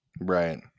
right